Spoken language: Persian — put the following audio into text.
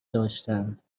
داشتند